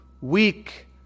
weak